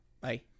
Bye